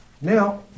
now